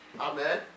Amen